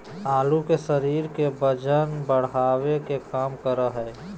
आलू शरीर के वजन बढ़ावे के काम करा हइ